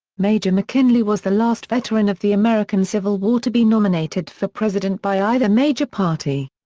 major mckinley was the last veteran of the american civil war to be nominated for president by either major party.